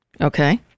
Okay